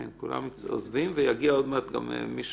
כן, כולם עוזבים ויגיע עוד מעט גם מישהו,